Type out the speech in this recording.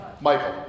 Michael